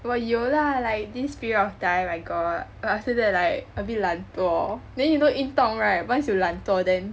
我有 lah like this period of time I got but after that like a bit 懒惰 then you know 运动 right once you 懒惰 then